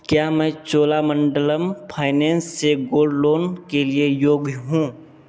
क्या मैं चोलामंडलम फाइनेंस से गोल्ड लोन के लिए योग्य हूँ